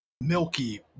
milky